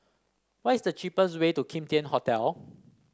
what is the cheapest way to Kim Tian Hotel